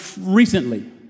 recently